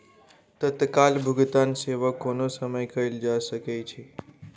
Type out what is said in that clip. तत्काल भुगतान सेवा कोनो समय कयल जा सकै छै